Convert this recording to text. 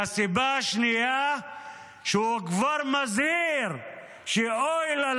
והסיבה השנייה היא שהוא כבר מזהיר שאוי לה,